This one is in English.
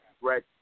Right